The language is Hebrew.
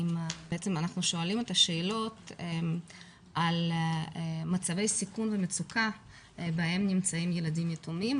אנחנו שואלים את השאלות על מצבי סיכון ומצוקה בהם נמצאים ילדים יתומים,